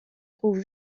trouve